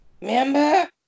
Member